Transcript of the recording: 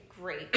great